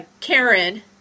Karen